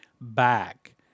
back